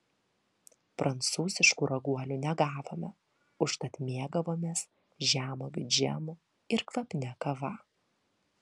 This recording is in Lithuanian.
prancūziškų raguolių negavome užtat mėgavomės žemuogių džemu ir kvapnia kava